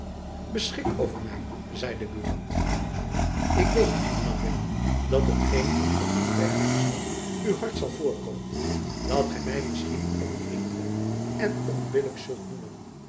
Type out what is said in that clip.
beschik over my zeide buat jacob van lennep elizabeth musch ik weet hernam willem dat hetgeen ik van u vergen zal u hard zal voorkomen dat gy my misschien onvriendelijk en onbillijk zult noemen